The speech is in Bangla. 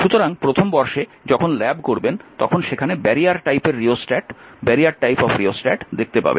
সুতরাং প্রথম বর্ষে যখন ল্যাব করবেন তখন সেখানে ব্যারিয়ার টাইপের রিওস্ট্যাট দেখতে পাবেন